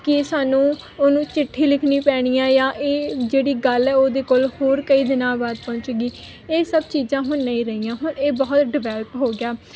ਕਿ ਸਾਨੂੰ ਉਹਨੂੰ ਚਿੱਠੀ ਲਿਖਣੀ ਪੈਣੀ ਆ ਜਾਂ ਇਹ ਜਿਹੜੀ ਗੱਲ ਹੈ ਉਹਦੇ ਕੋਲ ਹੋਰ ਕਈ ਦਿਨਾਂ ਬਾਅਦ ਪਹੁੰਚੇਗੀ ਇਹ ਸਭ ਚੀਜ਼ਾਂ ਹੁਣ ਨਹੀਂ ਰਹੀਆਂ ਹੁਣ ਇਹ ਬਹੁਤ ਡਿਵੈਲਪ ਹੋ ਗਿਆ